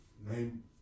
Name